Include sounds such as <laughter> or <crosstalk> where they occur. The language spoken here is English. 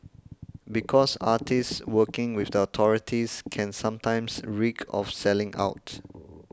<noise> because artists working with the authorities can sometimes reek of selling out